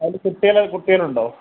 അതില് കുട്ടികളുണ്ടോ